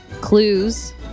clues